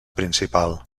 principal